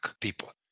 people